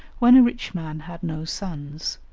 when a rich man had no sons,